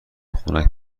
خنک